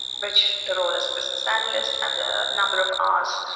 which the role as a business analyst and the number of hours,